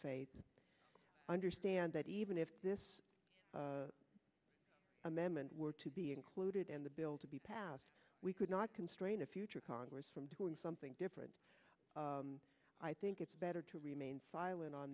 faith understand that even if this amendment were to be included in the bill to be passed we could not constrain a future congress from doing something different i think it's better to remain silent on